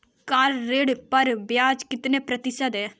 Car ऋण पर ब्याज कितने प्रतिशत है?